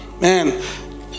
man